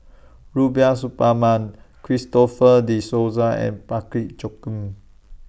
Rubiah Suparman Christopher De Souza and Parsick Joaquim